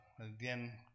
again